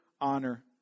honor